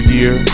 Year